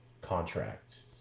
contract